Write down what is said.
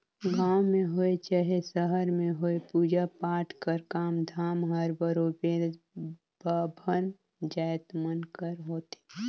गाँव में होए चहे सहर में होए पूजा पाठ कर काम धाम हर बरोबेर बाभन जाएत मन कर होथे